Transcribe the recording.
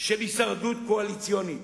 של הישרדות קואליציונית.